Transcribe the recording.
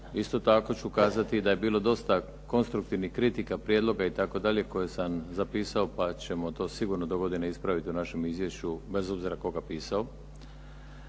Isto tako kazat ću da je bilo dosta konstruktivnih kritika, prijedloga itd. koje sam zapisao pa ćemo dogodine to sigurno ispraviti u našem izvješću bez obzira tko ga pisao.